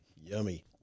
Yummy